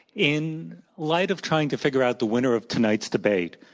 in light of trying to figure out the winner of tonight's debate,